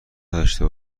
نداشته